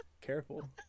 careful